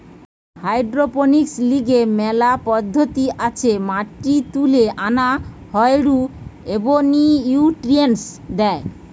hydroponics লিগে মেলা পদ্ধতি আছে মাটি তুলে আনা হয়ঢু এবনিউট্রিয়েন্টস দেয়